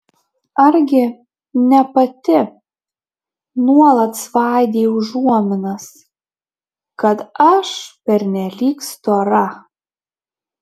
argi ne pati nuolat svaidei užuominas kad aš pernelyg stora